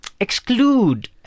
exclude